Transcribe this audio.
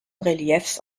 reliefs